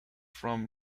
from